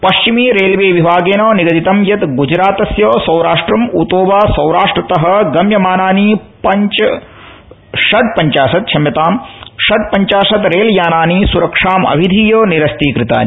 पश्चिमी रेलवे विभागेन निगदितं यत् गूजरातस्य सौराष्ट्रम उतो वा सौराष्ट्रतः गम्यमानानि षड्पंचाशत् रेलयानानि सुरक्षामभिधीय निरस्तीकृतानि